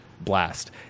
blast